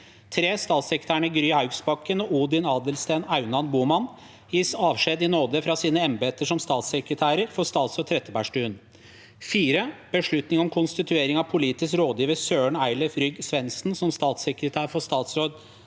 3. Statssekretærene Gry Haugsbakken og Odin Adelsten Aunan Bohmann gis avskjed i nåde fra sine embeter som statssekretærer for statsråd Trettebergstuen. 4. Beslutning om konstituering av politisk rådgiver Søren Eilif Rygh Swensen som statssekretær for statsråd